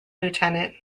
lieutenant